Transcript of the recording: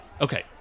Okay